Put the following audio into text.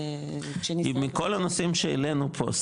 אם מכל הנושאים שהעלינו פה,